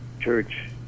Church